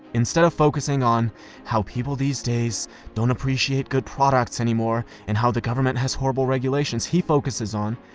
instead of focusing on how people these days don't appreciate good products anymore, and how the government has horrible regulations, he focuses on,